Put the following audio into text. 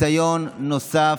הכנסת,